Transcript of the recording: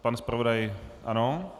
Pan zpravodaj ano.